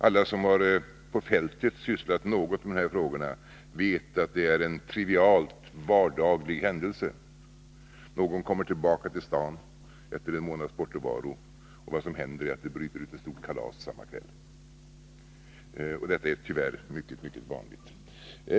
Alla som på fältet har sysslat något med de här frågorna vet att det är en trivialt vardaglig händelse. Någon kommer tillbaka till stan efter en månads bortovaro, och det som händer är att det bryter ut ett stort kalas samma kväll. Det är tyvärr mycket vanligt.